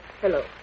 Hello